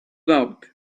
doubt